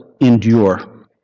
endure